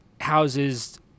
houses